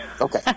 okay